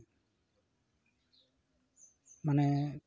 ᱢᱟᱱᱮ